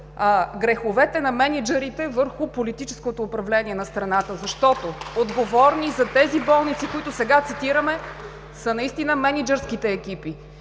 греховете на мениджърите върху политическото управление на страната (ръкопляскания от ГЕРБ), защото отговорни за тези болници, които сега цитираме, са наистина мениджърските екипи.